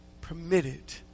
permitted